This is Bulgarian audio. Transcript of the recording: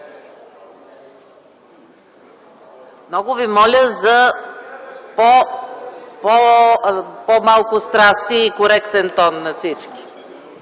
Много моля за по-малко страсти и коректен тон на всички.